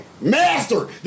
Master